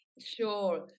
sure